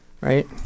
right